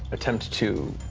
attempt to.